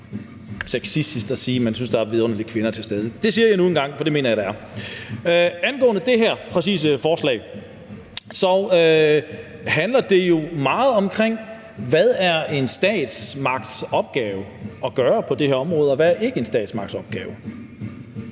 det jo meget om, hvad det er en statsmagts opgave at gøre på det her område, og hvad der ikke er en statsmagts opgave.